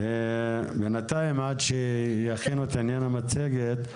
עד שיכינו את עניין המצגת,